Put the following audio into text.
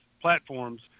platforms